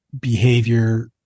behavior